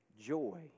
joy